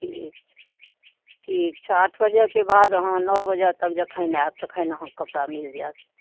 ठीक छै ठीक छै आठ बजेके बाद अहाँ नओ बजे तक जखन आएब तखन अहाँकऽ कपड़ा मिल जाएत